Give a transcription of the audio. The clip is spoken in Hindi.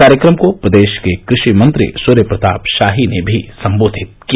कार्यक्रम को प्रदेश के कृषि मंत्री सूर्य प्रताप शाही ने भी संबोधित किया